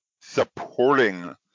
supporting